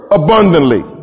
abundantly